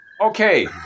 Okay